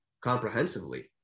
comprehensively